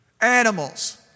animals